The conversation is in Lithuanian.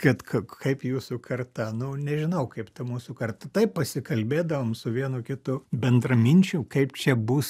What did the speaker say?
kad kaip jūsų karta nu nežinau kaip ta mūsų karta taip pasikalbėdavom su vienu kitu bendraminčiu kaip čia bus